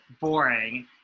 boring